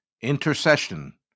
intercession